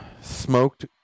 smoked